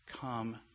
Come